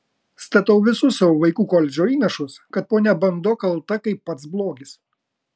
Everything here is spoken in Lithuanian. statau visus savo vaikų koledžo įnašus kad ponia bando kalta kaip pats blogis